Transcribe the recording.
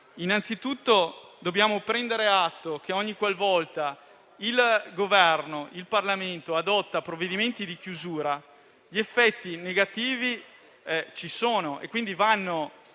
Innanzitutto dobbiamo prendere atto del fatto che, ogni qual volta il Governo e il Parlamento adottano provvedimenti di chiusura, gli effetti negativi ci sono e vanno